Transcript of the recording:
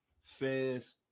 says